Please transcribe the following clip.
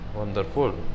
Wonderful